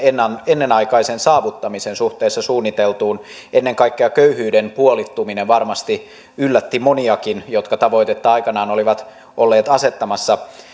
ennenaikaisen saavuttamisen suhteessa suunniteltuun ennen kaikkea köyhyyden puolittuminen varmasti yllätti moniakin jotka tavoitetta aikanaan olivat olleet asettamassa